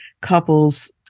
couples